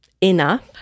enough